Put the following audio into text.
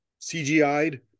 CGI'd